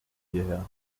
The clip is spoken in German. hierher